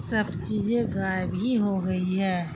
سب چیزیں غائب ہی ہو گئی ہے